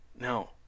no